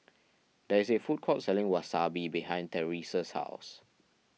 there is a food court selling Wasabi behind Terese's house